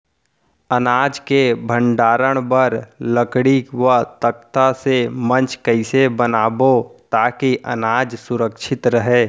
अनाज के भण्डारण बर लकड़ी व तख्ता से मंच कैसे बनाबो ताकि अनाज सुरक्षित रहे?